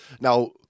Now